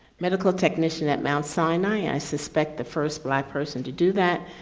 medical technician at mount sinai, i suspect the first black person to do that.